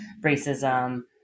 racism